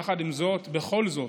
יחד עם זאת, בכל זאת,